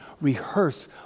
rehearse